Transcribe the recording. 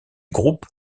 groupe